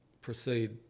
proceed